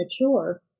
mature